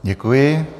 Děkuji.